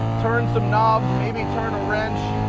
turn some knobs, maybe turn a wrench.